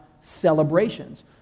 celebrations